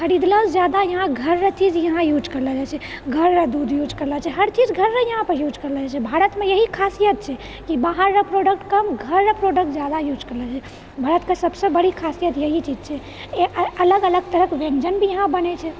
खरिदलऔसँ जादा यहाँ घररऽ चीज यहाँ यूज करलो जाइत छै घररऽ दूध यूज करल जाइत छै हर चीज घररऽ यूज करलो जाइत छै भारतमऽ यही खासियत छै कि बाहररऽ प्रोडक्ट कम घररऽ प्रोडक्ट जादा यूज करलो जाइत छै भारतकऽ सभसँ बड़ी खासियत यही चीज छै ए अऽ अऽ अलग तरहक व्यञ्जन भी यहाँ बनैत छै